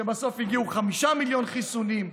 כשבסוף הגיעו 5 מיליון חיסונים.